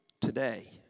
today